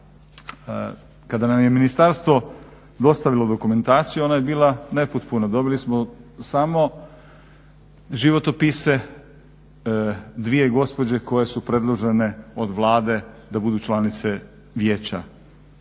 Kada nam je ministarstvo dostavilo dokumentaciju ona je bila nepotpuna. Dobili smo samo životopise dvije gospođe koje su predložene od Vlade da budu članice vijeća.